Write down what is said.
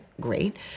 great